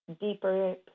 deeper